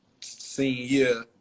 senior